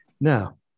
Now